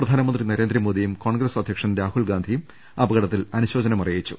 പ്രധാനമന്ത്രി നരേന്ദ്രമോദിയും കോൺഗ്രസ് അധ്യക്ഷൻ രാഹുൽ ഗാന്ധിയും അപകടത്തിൽ അനുശോചനം അറിയി ച്ചു